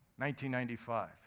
1995